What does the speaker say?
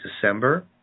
December